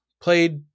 played